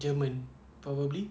german probably